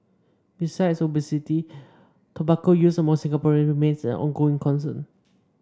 besides obesity tobacco use among Singaporeans remains an ongoing concern